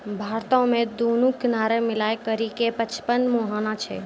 भारतो मे दुनू किनारा मिलाय करि के पचपन मुहाना छै